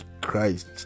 Christ